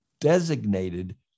designated